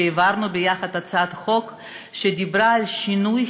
הצעת חוק הביטוח הלאומי (תיקון,